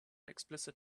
explicit